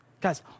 Guys